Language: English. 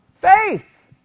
Faith